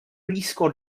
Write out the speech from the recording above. blízko